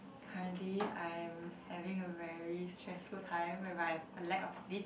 currently I'm having a very stressful time with my lack of sleep